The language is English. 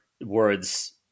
words